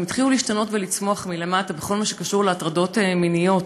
הם התחילו להשתנות ולצמוח מלמטה בכל מה שקשור להטרדות מיניות,